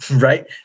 right